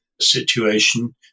situation